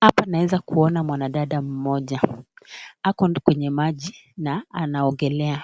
Hapa naeza kuona mwanadada mmoja, ako kwenye maji na anaogelea.